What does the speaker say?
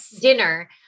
dinner